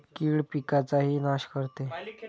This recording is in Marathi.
कीड पिकाचाही नाश करते